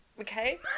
Okay